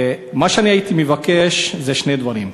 מה שאני הייתי מבקש זה שני דברים: